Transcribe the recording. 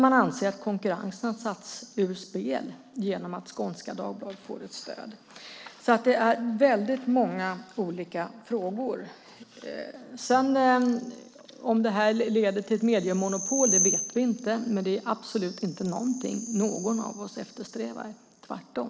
Man anser att konkurrensen har satts ur spel genom att Skånska Dagbladet får ett stöd. Det finns alltså många olika frågor. Vi vet inte om det här leder till ett mediemonopol, men det är absolut inte någonting som någon av oss eftersträvar - tvärtom.